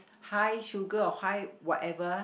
high sugar or high whatever